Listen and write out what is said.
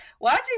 watching